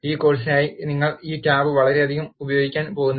ഈ കോഴ്സിനായി നിങ്ങൾ ഈ ടാബ് വളരെയധികം ഉപയോഗിക്കാൻ പോകുന്നില്ല